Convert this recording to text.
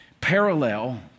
parallel